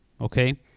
okay